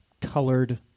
colored